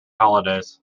holidays